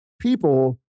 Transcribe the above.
people